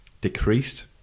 decreased